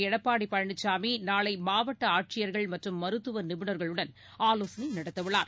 எடப்பாடி பழனிசாமி நாளை மாவட்ட ஆட்சியர்கள் மற்றும் மருத்துவ நிபுணர்களுடன் ஆலோசனை நடத்தவுள்ளார்